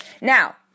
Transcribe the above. now